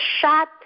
shot